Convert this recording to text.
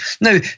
Now